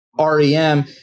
REM